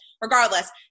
regardless